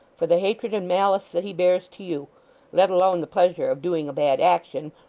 for the hatred and malice that he bears to you let alone the pleasure of doing a bad action,